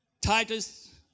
Titus